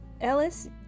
Ellis